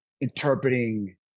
interpreting